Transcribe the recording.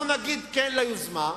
אנחנו נגיד כן ליוזמה,